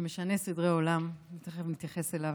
שמשנה סדרי עולם, תכף נתייחס אליו,